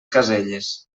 caselles